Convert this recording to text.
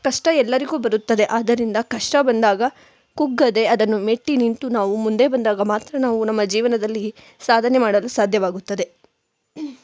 ಕಷ್ಟ ಎಲ್ಲರಿಗೂ ಬರುತ್ತದೆ ಆದ್ದರಿಂದ ಕಷ್ಟ ಬಂದಾಗ ಕುಗ್ಗದೆ ಅದನ್ನು ಮೆಟ್ಟಿ ನಿಂತು ನಾವು ಮುಂದೆ ಬಂದಾಗ ಮಾತ್ರ ನಾವು ನಮ್ಮ ಜೀವನದಲ್ಲಿ ಸಾಧನೆ ಮಾಡಲು ಸಾಧ್ಯವಾಗುತ್ತದೆ